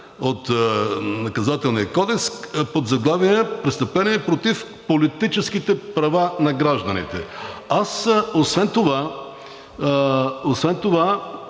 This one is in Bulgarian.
кодекс под заглавие „Престъпления против политическите права на гражданите“. Аз освен това